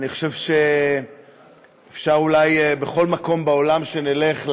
אני חושב שאפשר, אולי, בכל מקום בעולם שנלך,